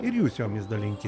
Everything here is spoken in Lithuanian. ir jūs jomis dalinki